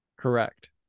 Correct